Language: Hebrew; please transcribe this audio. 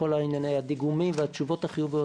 כל ענייני הדיגומים והתשובות החיוביות,